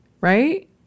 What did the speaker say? Right